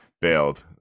bailed